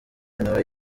nawe